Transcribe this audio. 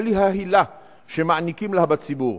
בלי ההילה שמעניקים לה בציבור,